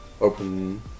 open